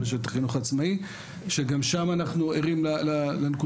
רשת חינוך עצמאי שגם שם אנחנו ערים לנקודה